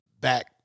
back